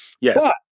Yes